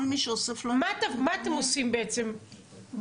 כל מי שאוסף לנו --- מה אתם עושים בעצם בחיים?